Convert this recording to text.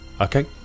Okay